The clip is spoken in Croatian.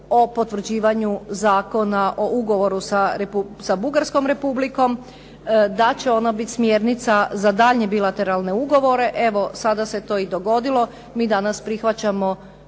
o potvrđivanju Zakona o ugovoru sa Bugarskom Republikom da će ona biti smjernica za daljnje bilateralne ugovore, evo, sada se to i dogodilo. Mi danas prihvaćamo